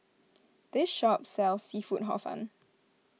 this shop sells Seafood Hor Fun